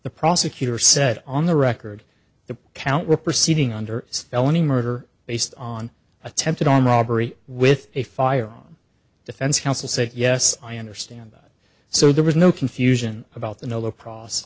the prosecutor said on the record the count were proceeding under felony murder based on attempted on robbery with a firearm defense counsel said yes i understand that so there was no confusion about the low process